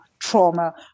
trauma